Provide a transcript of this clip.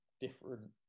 different